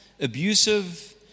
abusive